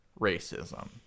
racism